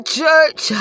church